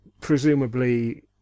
presumably